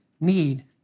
need